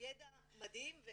ידע מדהים.